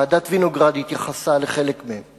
ועדת-וינוגרד התייחסה לחלק מהם,